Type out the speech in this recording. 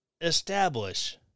establish